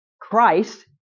Christ